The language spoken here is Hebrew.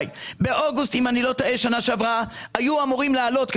באוגוסט שנה שעברה היו אמורים להעלות את תעריף החשמל ב-20%,